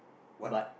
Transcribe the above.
what